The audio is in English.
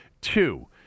Two